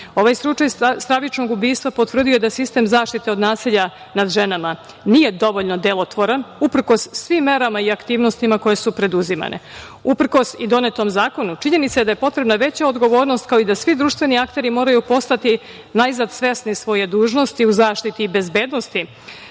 slučaj stravičnog ubistva potvrdio da sistem zaštite od nasilja nad ženama nije dovoljno delotvoran, uprkos svim merama i aktivnostima koje su preduzimane. Uprkos i donetom Zakonu, činjenica je da je potrebna veća odgovornost, kao i da svi društveni akteri moraju postati najzad svesni svoje dužnosti u zaštiti i bezbednosti